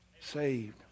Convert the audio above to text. Saved